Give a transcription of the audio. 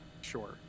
sure